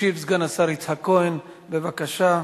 ישיב סגן השר יצחק כהן, בבקשה.